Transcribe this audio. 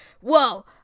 whoa